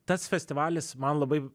tas festivalis man labai